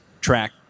track